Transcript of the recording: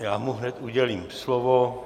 Já mu hned udělím slovo.